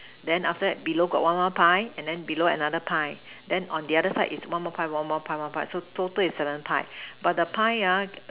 then after that below got one more pie and then below another pie then on the other side is one more pie one more pie one more pie so total is seven pie but the pie